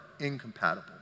incompatible